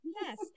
Yes